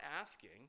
asking